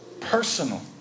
personal